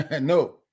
No